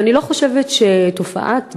ואני לא חושבת שתופעת הגזענות,